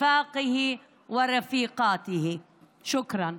חבריו וחברותיו.) תודה.